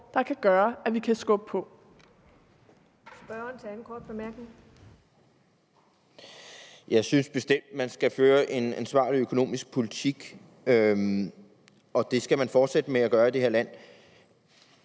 Hans Andersen (V): Jeg synes bestemt, at man skal føre en ansvarlig økonomisk politik, og det skal man fortsætte med at gøre i det her land.